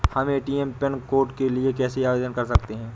हम ATM pin code के लिए कैसे आवेदन कर सकते हैं?